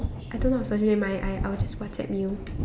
I don't know my I I will just WhatsApp you